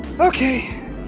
Okay